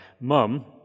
mum